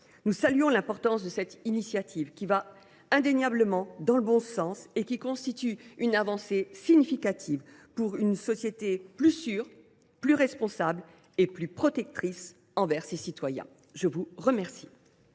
Nous saluons l’importance de cette initiative, qui va indéniablement dans le bon sens et qui constitue une avancée significative pour une société plus sûre, plus responsable et plus protectrice de ses citoyens. La parole